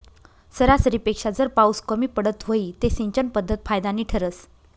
सरासरीपेक्षा जर पाउस कमी पडत व्हई ते सिंचन पध्दत फायदानी ठरस